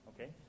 okay